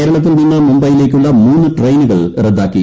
കേരളത്തിൽ നിന്ന് മുംബൈയിലേക്കുള്ള മൂന്ന് ട്ടെയിനുകൾ റദ്ദാക്കി